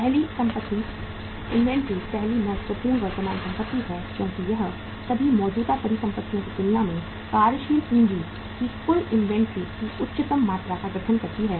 पहली संपत्ति इन्वेंट्री पहली महत्वपूर्ण वर्तमान संपत्ति है क्योंकि यह सभी मौजूदा परिसंपत्तियों की तुलना में कार्यशील पूंजी की कुल इन्वेंट्री की उच्चतम मात्रा का गठन करती है